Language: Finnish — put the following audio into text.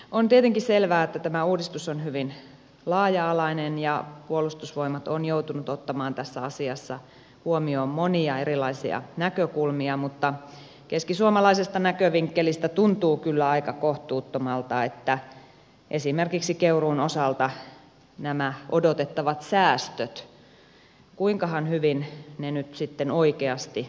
on tietenkin selvää että tämä uudistus on hyvin laaja alainen ja puolustusvoimat on joutunut ottamaan tässä asiassa huomioon monia erilaisia näkökulmia mutta keskisuomalaisesta näkövinkkelistä tuntuu kyllä aika kohtuuttomalta että kuinkahan hyvin esimerkiksi keuruun osalta nämä odotettavat säästöt nyt sitten oikeasti toteutuvat